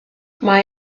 mae